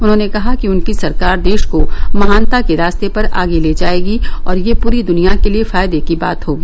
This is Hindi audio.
उन्होंने कहा कि उनकी सरकार देश को महानता के रास्ते पर आगे ले जायेगी और यह पूरी दुनिया के लिए फायदे की बात होगी